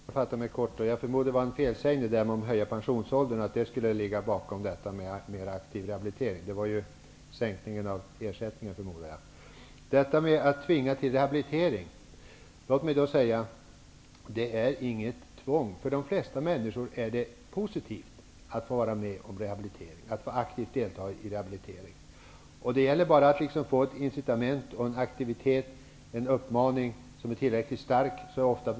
Herr talman! Klockan går, och jag skall fatta mig kort. Jag förmodar att det var en felsägning att man skulle vilja höja pensionsåldern för att få fram mera aktiv rehabilitering. Jag förmodar att det gällde sänkningen av ersättningen. Berith Eriksson sade att man skall tvingas till rehabilitering. Låt mig säga att det inte finns något tvång. För de flesta människor är det positivt att aktivt få delta i rehabilitering. Det gäller bara att få ett incitament och en uppmaning som är tillräckligt stark.